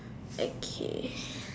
okay